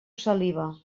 saliva